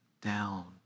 down